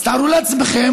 אז תארו לעצמכם,